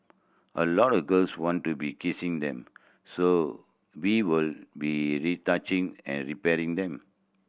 a lot of girls want to be kissing them so we will be retouching and repairing them